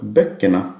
böckerna